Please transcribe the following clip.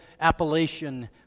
Appalachian